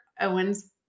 Owen's